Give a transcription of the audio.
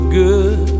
good